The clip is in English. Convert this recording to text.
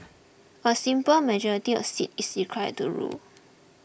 a simple majority of seats is required to rule